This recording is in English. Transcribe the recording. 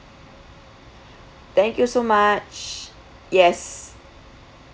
thank you so much yes